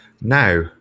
Now